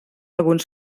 alguns